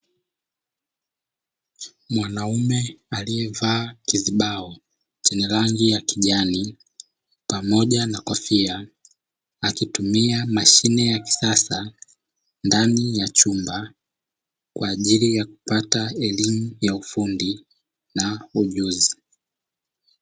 Mwanaume aliyevaa kizibao chenye rangi ya kijani pamoja na kofia, akitumia mashine ya kisasa ndani ya chumba, kwa ajili ya kupata elimu ya ufundi na ujuzi.